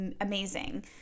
amazing